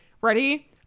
Ready